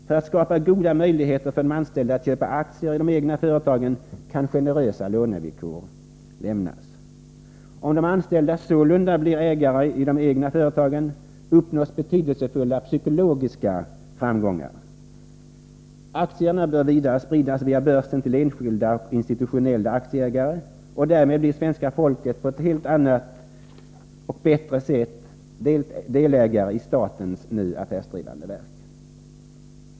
För att skapa goda möjligheter för de anställda att köpa aktier i de egna företagen kan generösa lånevillkor lämnas. Om de anställda sålunda blir ägare i de egna företagen, uppnås betydelsefulla psykologiska framgångar. Aktierna bör vidare spridas via börsen till enskilda och institutionella aktieägare, och därmed blir svenska folket på ett helt annat och bättre sätt delägare i statens nu affärsdrivande verk.